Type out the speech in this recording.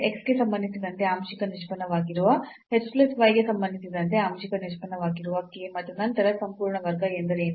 x ಗೆ ಸಂಬಂಧಿಸಿದಂತೆ ಆಂಶಿಕ ನಿಷ್ಪನ್ನವಾಗಿರುವ h ಪ್ಲಸ್ y ಗೆ ಸಂಬಂಧಿಸಿದಂತೆ ಆಂಶಿಕ ನಿಷ್ಪನ್ನವಾಗಿರುವ k ಮತ್ತು ನಂತರ ಸಂಪೂರ್ಣ ವರ್ಗ ಎಂದರೇನು